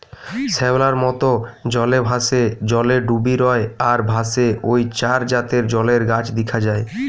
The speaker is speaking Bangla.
শ্যাওলার মত, জলে ভাসে, জলে ডুবি রয় আর ভাসে ঔ চার জাতের জলের গাছ দিখা যায়